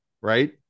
right